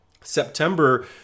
September